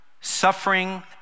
suffering